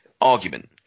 argument